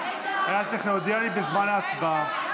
רק צריך להודיע לי בזמן ההצבעה.